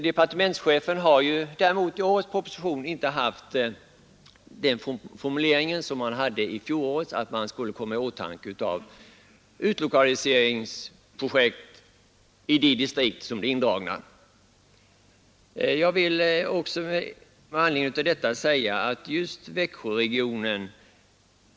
Departementschefen har i årets proposition inte tagit med den formulering som han hade i fjolårets, att de distrikt som blir indragna skulle komma i åtanke vid lokalisering av statlig verksamhet.